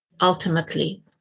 ultimately